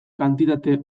kantitate